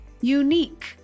unique